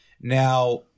Now